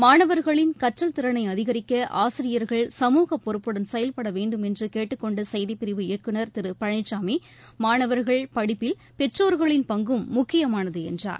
மாணவர்களின் கற்றல் திறனை அதிகரிக்க ஆசிரியர்கள் சமூகப் பொறப்புடன் செயல்பட வேண்டும் என்று கேட்டுக்கொண்ட செய்திப்பிரிவு இயக்குனர் திரு பழனிசாமி மாணவர்கள் படிப்பில் பெற்றோர்களின் பங்கும் முக்கியமானது என்றார்